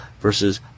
versus